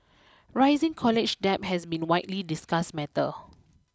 rising college debt has been widely discussed matter